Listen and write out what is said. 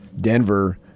Denver